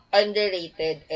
underrated